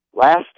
Last